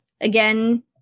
again